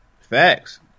Facts